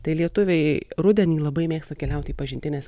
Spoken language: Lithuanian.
tai lietuviai rudenį labai mėgsta keliauti į pažintines